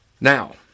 Now